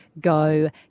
go